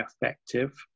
effective